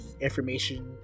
information